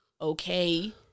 okay